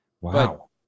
Wow